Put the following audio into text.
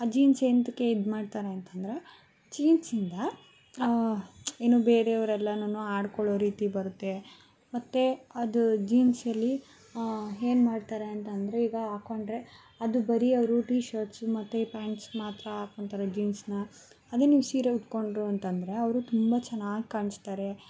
ಆ ಜೀನ್ಸ್ ಎಂತಕ್ಕೆ ಇದು ಮಾಡ್ತಾರೆ ಅಂತಂದರೆ ಜೀನ್ಸ್ ಇಂದ ಏನು ಬೇರೆಯವರೆಲ್ಲನು ಆಡಿಕೊಳ್ಳೊ ರೀತಿ ಬರುತ್ತೆ ಮತ್ತೆ ಅದು ಜೀನ್ಸಲ್ಲಿ ಏನ್ಮಾಡ್ತಾರೆ ಅಂತಂದರೆ ಈಗ ಹಾಕ್ಕೊಂಡರೆ ಅದು ಬರೀ ಅವರು ಟಿ ಶರ್ಟ್ಸ್ ಮತ್ತೆ ಪ್ಯಾಂಟ್ಸ್ ಮಾತ್ರ ಹಾಕ್ಕೋತ್ತಾರೆ ಜೀನ್ಸ್ನ ಅದೇ ನೀವು ಸೀರೆ ಉಟ್ಕೊಂಡರು ಅಂತಂದರೆ ಅವರು ತುಂಬ ಚೆನ್ನಾಗಿ ಕಾಣಿಸ್ತಾರೆ